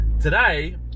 Today